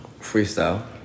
Freestyle